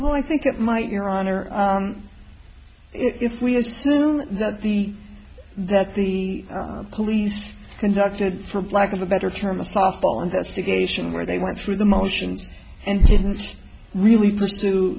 well i think it might your honor if we assume that the that the police conducted for black of a better term a softball investigation where they went through the motions and didn't really pursue